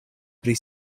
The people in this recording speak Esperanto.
pri